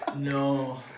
No